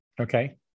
Okay